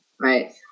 right